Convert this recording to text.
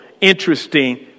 interesting